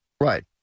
Right